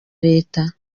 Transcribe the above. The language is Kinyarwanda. leta